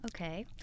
okay